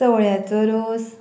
चवळ्यांचो रोस